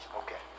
okay